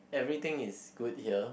everything is good here